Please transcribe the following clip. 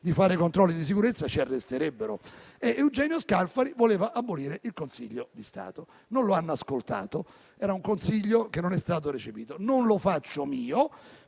di fare i controlli di sicurezza, ci arresterebbero. Eugenio Scalfari voleva abolire il Consiglio di Stato; non lo hanno ascoltato, quel consiglio non è stato recepito. Non lo faccio mio,